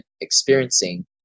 experiencing